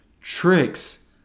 tricks